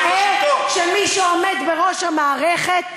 לגרום לכך שנראה שמי שעומד בראש המערכת,